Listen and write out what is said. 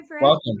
Welcome